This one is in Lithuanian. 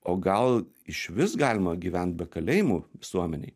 o gal išvis galima gyvent be kalėjimų visuomenei